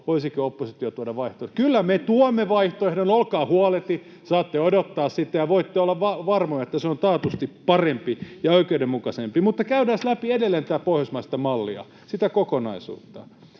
voisiko oppositio tuoda vaihtoehtoa. Kyllä me tuomme vaihtoehdon, olkaa huoleti. Saatte odottaa sitä ja voitte olla varmoja, että se on taatusti parempi ja oikeudenmukaisempi. Mutta käydään läpi edelleen tätä pohjoismaista mallia, sitä kokonaisuutta.